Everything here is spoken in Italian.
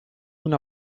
una